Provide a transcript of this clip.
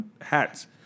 hats